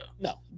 No